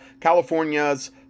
California's